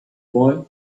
boy